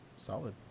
Solid